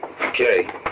okay